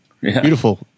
Beautiful